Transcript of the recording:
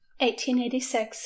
1886